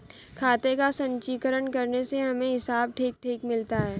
खाते का संचीकरण करने से हमें हिसाब ठीक ठीक मिलता है